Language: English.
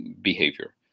behavior